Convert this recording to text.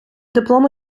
диплом